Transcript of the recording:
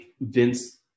Vince